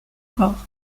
corps